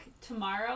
tomorrow